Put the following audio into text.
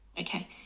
Okay